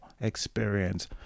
experience